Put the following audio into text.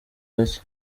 gake